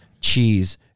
cheese